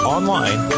Online